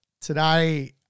Today